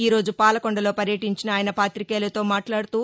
ఈరోజు పాలకొండలో పర్యటీంచిన ఆయన పాతికేయులతో మాట్లాడుతూ